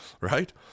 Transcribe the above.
Right